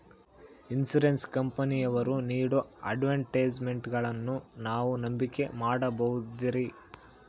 Insurance ಕಂಪನಿಯವರು ನೇಡೋ ಅಡ್ವರ್ಟೈಸ್ಮೆಂಟ್ಗಳನ್ನು ನಾವು ನಂಬಿಕೆ ಮಾಡಬಹುದ್ರಿ?